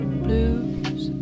blues